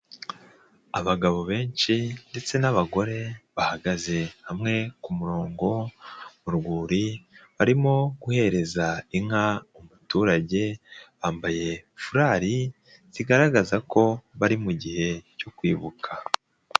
Abagabo benshi ndetse n'abagore bahagaze hamwe ku murongo mu rwuri barimo guhereza inka umuturage bambaye furari zigaragaza ko bari mu gihe cyo kwibuka.